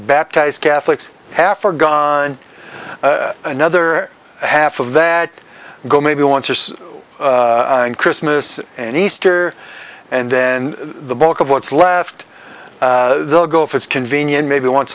baptized catholics half are gone another half of that go maybe once or so in christmas and easter and then the bulk of what's left they'll go if it's convenient maybe once